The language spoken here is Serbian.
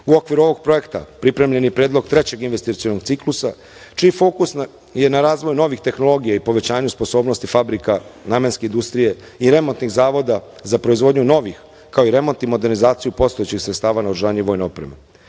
okviru ovog projekta, pripremljen je i predlog trećeg investicionog ciklusa, čiji fokus je na razvoju novih tehnologija i povećanju sposobnosti fabrika namenske industrije i remontnih zavoda za proizvodnju novih, kao i remont i modernizaciju postojećih sredstava naoružanja i vojne opreme.S